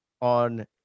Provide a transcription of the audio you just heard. on